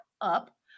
up